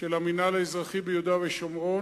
מצד המינהל האזרחי ביהודה ושומרון,